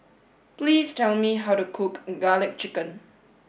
please tell me how to cook garlic chicken